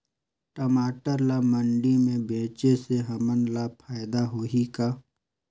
टमाटर ला मंडी मे बेचे से हमन ला फायदा होही का?